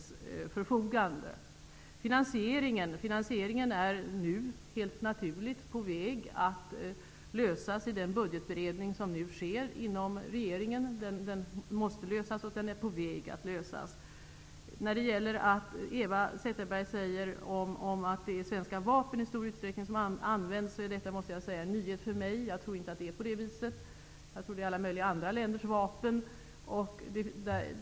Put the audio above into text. Finansieringen måste lösas och är helt naturligt på väg att lösas i den budgetberedning som nu sker inom regeringen. När Eva Zetterberg säger att det i stor utsträckning är svenska vapen som används måste jag säga att detta är en nyhet för mig. Jag tror inte att det är på det viset. Jag tror att det är alla möjliga andra länders vapen.